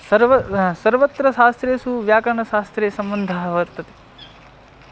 सर्वं सर्वत्र शास्त्रेषु व्याकरणशास्त्रे सम्बन्धः वर्तते